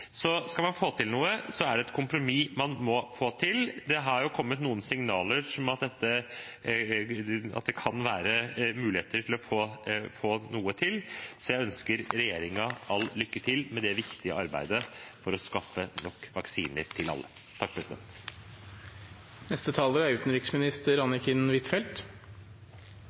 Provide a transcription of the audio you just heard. Skal man få til noe, er det et kompromiss som må til. Det har kommet signaler om at det kan være mulig å få til noe, så jeg ønsker regjeringen lykke til med det viktige arbeidet for å skaffe nok vaksiner til alle. Covid-19-vaksiner, legemidler og medisinsk utstyr bør gjøres tilgjengelig for alle, også lav- og mellominntektsland. På det punktet er